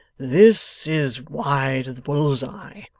this is wide of the bull's-eye.